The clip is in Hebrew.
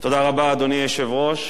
אדוני היושב-ראש,